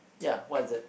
ya what is it